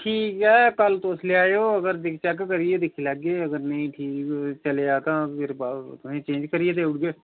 ठीक ऐ तुस कल्ल लेई आवेओ नेईं तां तुसेंगी चेंज़ करी देई ओड़गे